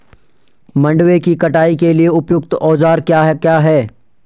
मंडवे की कटाई के लिए उपयुक्त औज़ार क्या क्या हैं?